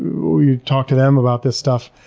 we talk to them about this stuff,